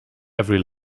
every